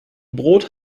brot